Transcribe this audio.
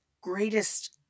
greatest